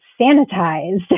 sanitized